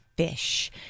fish